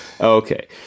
Okay